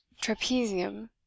trapezium